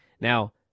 Now